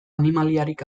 animaliarik